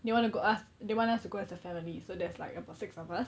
they want to go us they want us to go as a family so there's like about six of us